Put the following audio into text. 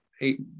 eight